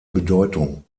bedeutung